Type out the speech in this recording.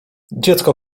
dziecko